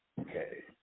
Okay